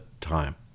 time